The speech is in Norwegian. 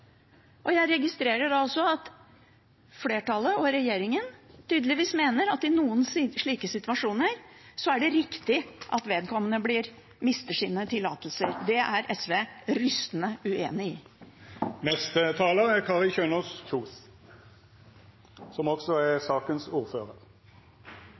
Jeg registrerer at flertallet og regjeringen tydeligvis mener at i noen slike situasjoner er det riktig at vedkommende mister sine tillatelser. Det er SV rystende uenig i. Jeg vet ikke om representanten Karin Andersen misforstår med vilje eller ikke vil høre på det som